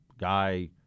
Guy